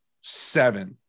Seven